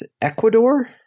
Ecuador